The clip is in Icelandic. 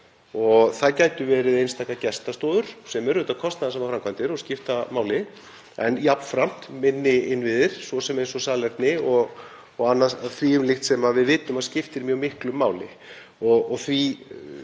Það gætu verið einstakar gestastofur sem eru kostnaðarsamar framkvæmdir og skipta máli, en jafnframt minni innviðir, svo sem salerni og annað því um líkt, sem við vitum að skiptir mjög miklu máli. Í því